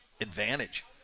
advantage